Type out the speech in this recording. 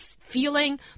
feeling